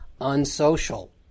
unsocial